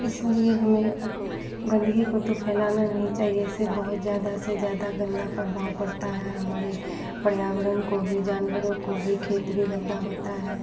इसलिए हमें गंदगी को तो फैलाना नहीं चाहिए इससे बहुत ज़्यादा से ज़्यादा गंदा प्रभाव पड़ता है हमारे पर्यावरण को भी जानवरों को भी खेत भी गंदा होता है